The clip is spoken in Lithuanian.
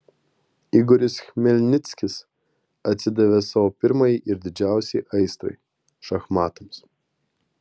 igoris chmelnickis atsidavė savo pirmajai ir didžiausiai aistrai šachmatams